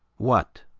what,